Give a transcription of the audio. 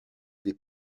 des